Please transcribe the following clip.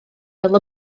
fel